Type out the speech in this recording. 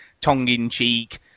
tongue-in-cheek